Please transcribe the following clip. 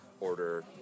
order